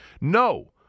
No